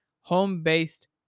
home-based